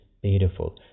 beautiful